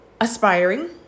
aspiring